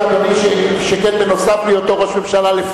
חוץ משר האוצר וראש הממשלה,